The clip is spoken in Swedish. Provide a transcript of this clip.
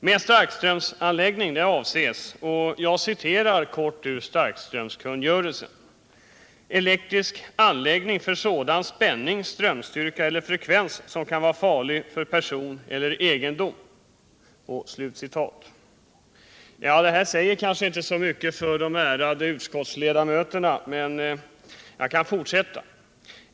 Med starkströmsanläggningar avses enligt starkströmskungörelsen ”elektrisk anläggning för sådan spänning, strömstyrka eller frekvens som kan vara farlig för person eller egendom”. Detta säger kanske inte de ärade utskottsledamöterna så mycket, men jag kan fortsätta.